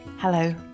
Hello